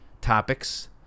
topics